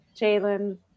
Jalen